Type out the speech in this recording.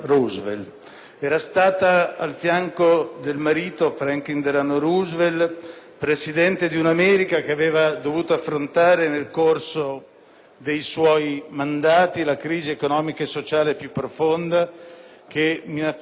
È stata a fianco del marito, Franklin Delano Roosevelt, Presidente di un'America che ha dovuto affrontare, nel corso dei suoi mandati, la crisi economica e sociale più profonda e la minaccia più